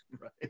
right